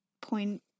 point